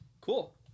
cool